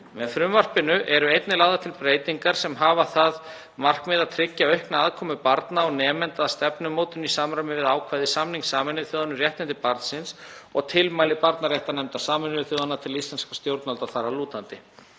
Með frumvarpinu eru einnig lagðar til breytingar sem hafa það að markmiði að tryggja aukna aðkomu barna og nemenda að stefnumótun í samræmi við ákvæði samnings Sameinuðu þjóðanna um réttindi barnsins og tilmæli barnaréttarnefndar Sameinuðu þjóðanna til íslenskra stjórnvalda þar að lútandi.